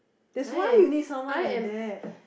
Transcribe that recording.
that's why you need someone like that